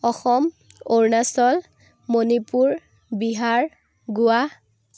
Assam Arunachal Manipur Bihar Goa